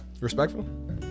Respectful